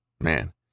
man